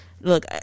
look